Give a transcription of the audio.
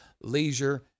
leisure